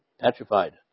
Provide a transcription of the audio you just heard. petrified